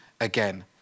again